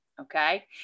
okay